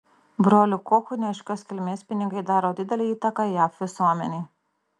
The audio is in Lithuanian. brolių kochų neaiškios kilmės pinigai daro didelę įtaką jav visuomenei